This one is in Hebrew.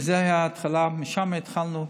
זו הייתה ההתחלה, משם התחלנו.